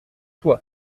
toi